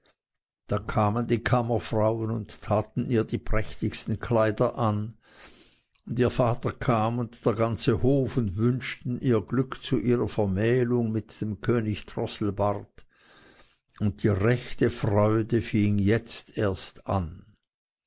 da kamen die kammerfrauen und taten ihr die prächtigsten kleider an und ihr vater kam und der ganze hof und wünschten ihr glück zu ihrer vermählung mit dem könig drosselbart und die rechte freude fing jetzt erst an